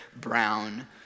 brown